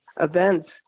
events